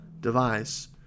device